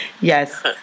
Yes